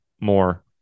more